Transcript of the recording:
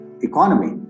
economy